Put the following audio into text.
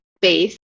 base